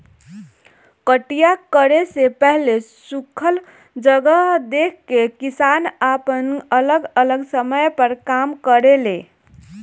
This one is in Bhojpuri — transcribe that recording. कटिया करे से पहिले सुखल जगह देख के किसान आपन अलग अलग समय पर काम करेले